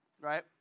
right